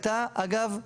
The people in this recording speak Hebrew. הייתה אגב,